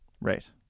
right